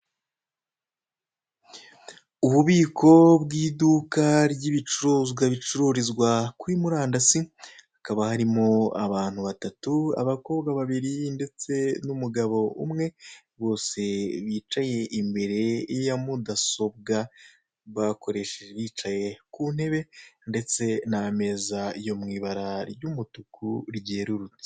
Ububiko bw'iduka ry'ibicuruzwa bicururizwa kuri murandasi, hakaba harimo abantu batatu: abakobwa babiri ndetse n'umugabo umwe; bose bicaye imbere ya mudasobwa, bicaye ku ntebe ndetse n'ameza yo mu ibara ry'umutuku ryerurutse.